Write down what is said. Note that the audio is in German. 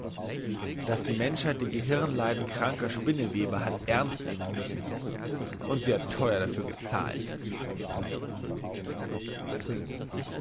dass die menschheit die gehirnleiden kranker spinneweber hat ernst nehmen müssen und sie hat theuer dafür gezahlt